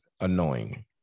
annoying